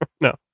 No